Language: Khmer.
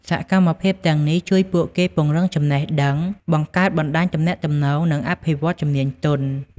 សកម្មភាពទាំងនេះជួយពួកគេពង្រឹងចំណេះដឹង បង្កើតបណ្ដាញទំនាក់ទំនង និងអភិវឌ្ឍជំនាញទន់។